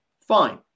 fine